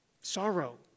sorrow